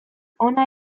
hona